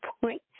point